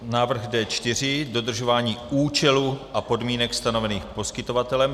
Návrh D4, dodržování účelu a podmínek stanovených poskytovatelem.